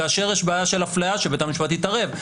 כאשר יש בעיה של אפליה, שבית המשפט יתערב.